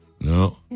no